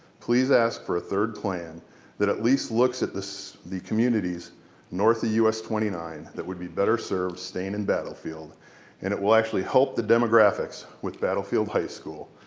please ask for a third plan that at least looks at the communities north of us twenty nine that would be better served staying in battlefield and it will actually hope the demographics with battlefield high school.